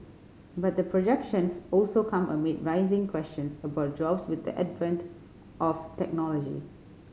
but the projections also come amid rising questions about jobs with the advent of technology